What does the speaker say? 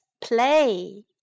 play